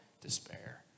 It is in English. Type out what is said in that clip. despair